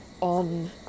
on